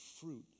fruit